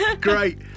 Great